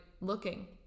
looking